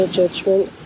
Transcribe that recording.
judgment